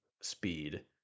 speed